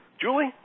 Julie